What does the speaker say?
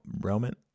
Roman